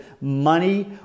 money